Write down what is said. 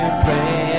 pray